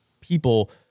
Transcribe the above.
people